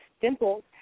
dimples